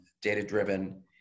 data-driven